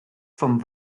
vom